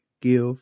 give